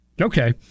okay